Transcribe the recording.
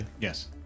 Yes